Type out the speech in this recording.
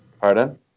Pardon